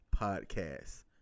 podcast